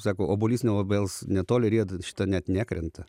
sako obuolys nuo obels netoli rieda šita net nekrenta